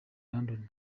london